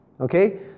Okay